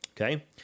Okay